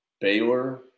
Baylor